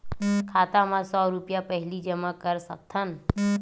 खाता मा सौ रुपिया पहिली जमा कर सकथन?